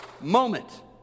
moment